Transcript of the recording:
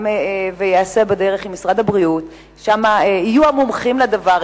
זה ייעשה עם משרד הבריאות, ושם יהיו המומחים לדבר.